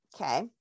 okay